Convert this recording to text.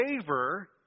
favor